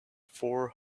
four